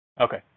Okay